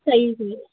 ਨਹੀਂ ਜੀ